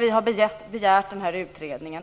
Vi har begärt denna utredning.